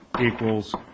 equals